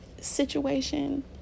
situation